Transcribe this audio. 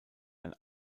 ein